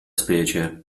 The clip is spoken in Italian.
specie